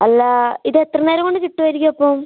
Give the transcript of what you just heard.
അല്ലാ ഇത് എത്ര നേരം കൊണ്ട് കിട്ടുവായിരിക്കും അപ്പോൾ